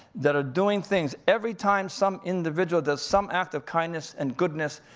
that are doing things every time some individual does some act of kindness and goodness,